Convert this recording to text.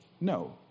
no